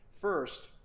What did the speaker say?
First